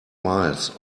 miles